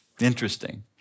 Interesting